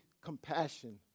compassion